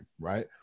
Right